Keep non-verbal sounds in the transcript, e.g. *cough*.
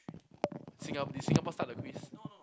*noise* Singap~ did Singapore start the quiz